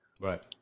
Right